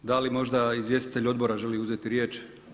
Da li možda izvjestitelj odbora želi uzeti riječ?